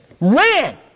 ran